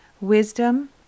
Wisdom